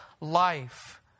life